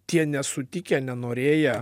tie nesutikę nenorėję